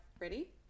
ready